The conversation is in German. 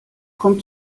kommt